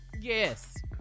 Yes